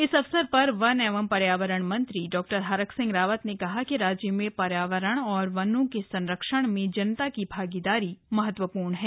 इस अवसर वन एवं पर्यावरण मंत्री डॉ हरक सिंह रावत ने कहा कि राज्य में पर्यावरण और वनों के संरक्षण में जनता की भागीदारी महत्वपूर्ण है